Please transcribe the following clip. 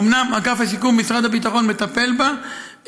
אומנם אגף השיקום במשרד הביטחון מטפל בה,